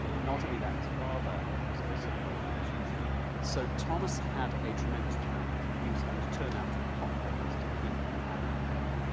not only that, his father was also broke as usual, so thomas had a tremendous challenge. he was having to turn out sort of potboilers to keep the family going.